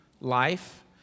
life